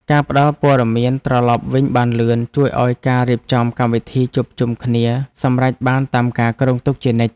ការផ្ដល់ព័ត៌មានត្រឡប់វិញបានលឿនជួយឱ្យការរៀបចំកម្មវិធីជួបជុំគ្នាសម្រេចបានតាមការគ្រោងទុកជានិច្ច។